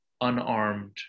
unarmed